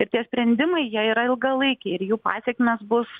ir tie sprendimai jie yra ilgalaikiai ir jų pasekmės bus